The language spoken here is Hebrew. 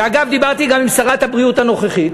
ואגב, דיברתי גם עם שרת הבריאות הנוכחית,